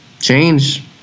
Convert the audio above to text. change